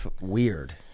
weird